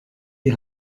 die